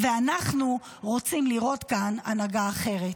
ואנחנו רוצים לראות כאן הנהגה אחרת.